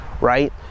Right